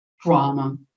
drama